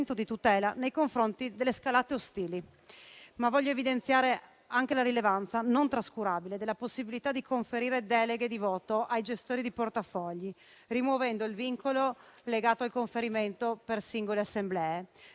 di tutela nei confronti delle scalate ostili. Voglio evidenziare anche la rilevanza non trascurabile della possibilità di conferire deleghe di voto ai gestori di portafogli, rimuovendo il vincolo legato al conferimento per singole assemblee.